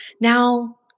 now